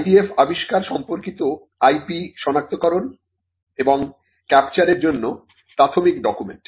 IDF আবিষ্কার সম্পর্কিত IP সনাক্তকরণ এবং ক্যাপচারের জন্য প্রাথমিক ডকুমেন্ট